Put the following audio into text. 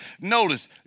Notice